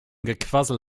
gequassel